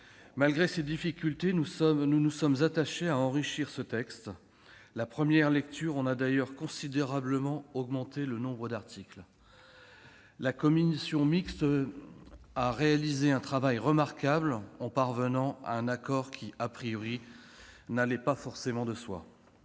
Malgré ces difficultés, nous nous sommes attachés à enrichir ce texte. La première lecture en a d'ailleurs considérablement augmenté le nombre d'articles. La commission mixte paritaire a réalisé un travail remarquable en parvenant à un accord qui,, n'allait pas forcément de soi.